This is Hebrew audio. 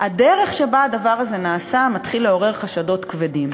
הדרך שבה הדבר הזה נעשה מתחילה לעורר חשדות כבדים.